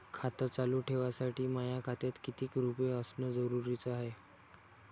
खातं चालू ठेवासाठी माया खात्यात कितीक रुपये असनं जरुरीच हाय?